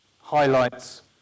highlights